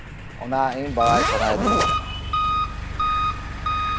ᱚᱱᱟ ᱤᱧ ᱵᱟᱲᱟᱭ ᱥᱟᱱᱟᱭᱮᱫᱤᱧ ᱠᱟᱱᱟ